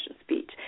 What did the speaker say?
speech